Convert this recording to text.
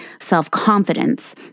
self-confidence